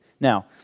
Now